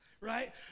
right